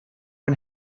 and